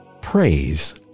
praise